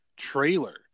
trailer